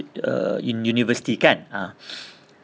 uh in university kan ah